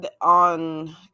on